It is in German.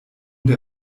der